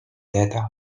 data